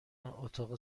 اتاق